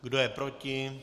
Kdo je proti?